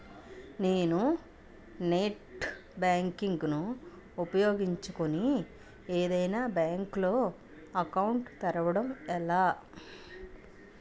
నేను net banking ను ఉపయోగించుకుని ఏదైనా బ్యాంక్ లో అకౌంట్ తెరవడం ఎలా?